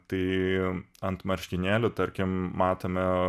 tai ant marškinėlių tarkim matome